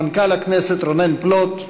מנכ"ל הכנסת רונן פלוט,